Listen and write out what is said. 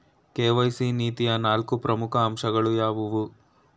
KYC ನೀತಿಯ ನಾಲ್ಕು ಪ್ರಮುಖ ಅಂಶಗಳು ಯಾವುವು?